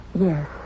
Yes